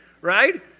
Right